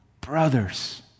brothers